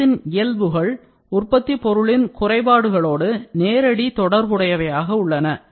குளத்தின் இயல்புகள் உற்பத்தி பொருளின் குறைபாடுகளோடு நேரடி தொடர்புடையவையாக உள்ளன